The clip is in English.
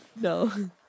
No